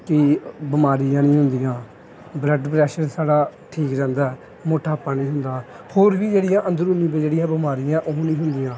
ਕਿ ਬਿਮਾਰੀਆਂ ਨਹੀਂ ਹੁੰਦੀਆਂ ਬਲੱਡ ਪ੍ਰੈਸ਼ਰ ਸਾਡਾ ਠੀਕ ਰਹਿੰਦਾ ਮੋਟਾਪਾ ਨਹੀਂ ਹੁੰਦਾ ਹੋਰ ਵੀ ਜਿਹੜੀਆਂ ਅੰਦਰੂਨੀ ਜਿਹੜੀ ਹੈ ਬਿਮਾਰੀਆਂ ਉਹ ਨਹੀਂ ਹੁੰਦੀਆਂ